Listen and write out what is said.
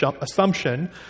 assumption